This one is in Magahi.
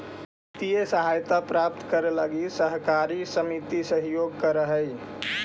वित्तीय सहायता प्राप्त करे लगी सहकारी समिति सहयोग करऽ हइ